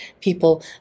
people